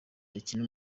bakina